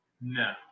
No